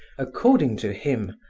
according to him,